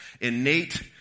innate